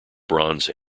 bronze